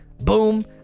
boom